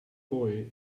boy